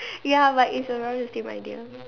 ya but it's around the same idea